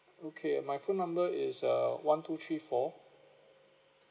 okay my phone number is uh one two three four